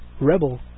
Rebel